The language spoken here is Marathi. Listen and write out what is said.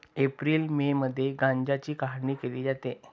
एप्रिल मे मध्ये गांजाची काढणी केली जाते